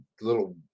little